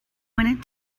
pointed